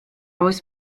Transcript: oes